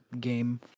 game